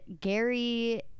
Gary